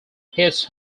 hits